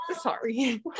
sorry